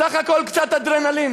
סך הכול קצת אדרנלין,